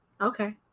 Okay